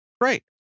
Great